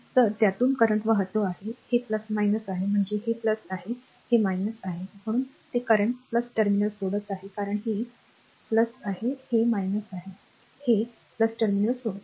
तर त्यातून करंट वाहतो आणि हे आहे म्हणजे हे आहे हे आहे म्हणूनच ते करंट टर्मिनल सोडत आहे कारण हे आहे हे आहे हे टर्मिनल सोडते